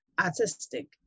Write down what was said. artistic